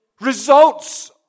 Results